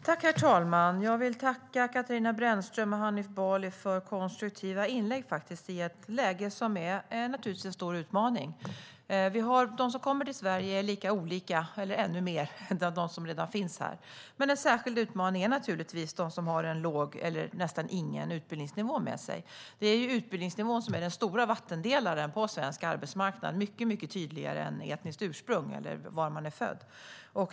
Herr talman! Jag vill tacka Katarina Brännström och Hanif Bali för konstruktiva inlägg i ett läge som är en stor utmaning. De som kommer till Sverige är lika olika - eller ännu mer olika - som de som redan finns här. En särskild utmaning är naturligtvis de som har en låg eller nästan ingen utbildningsnivå med sig. Det är utbildningsnivån som är den stora vattendelaren på svensk arbetsmarknad - mycket tydligare än etniskt ursprung eller var man är född.